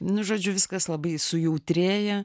nu žodžiu viskas labai sujautrėja